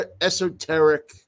esoteric